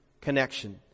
connection